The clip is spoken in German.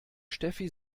steffi